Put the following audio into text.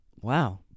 Wow